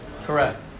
correct